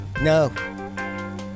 No